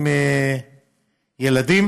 ילדים.